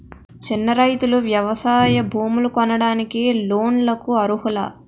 చిన్న రైతులు వ్యవసాయ భూములు కొనడానికి లోన్ లకు అర్హులా?